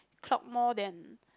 clock more than